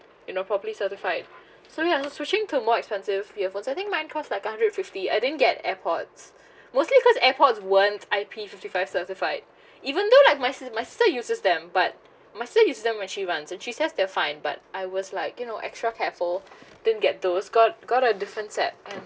you know properly certified so that I'm switching to more expensive earphone I think mine cost like a hundred fifty I didn't get airpods mostly cause airpods weren't I_P fifty five certified even though like my sis my sister uses them but my sister uses them when she runs and she says they're fine but I was like you know extra careful didn't get those got got a different set and